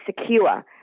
secure